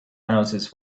houses